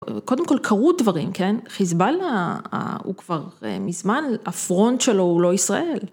קודם כל קרו דברים, כן? חיזבאללה הוא כבר מזמן, הפרונט שלו הוא לא ישראל.